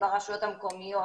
ברשויות המקומיות,